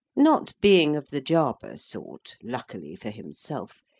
not being of the jarber sort, luckily for himself,